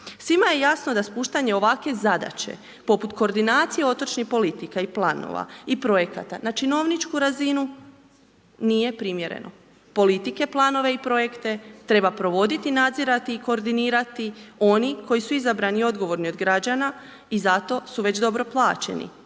Svima je jasno da spuštanje ovakve zadaće poput koordinacije otočnih politika i planova i projekata na činovničku razinu nije primjereno. Politike, planove i projekte treba provoditi, nadzirati i koordinirati, oni koji su izabrani i odgovorni od građana i zato su već dobro plaćeni,